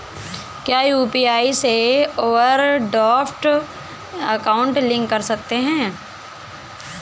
क्या यू.पी.आई से overdraft account link कर सकते हैं?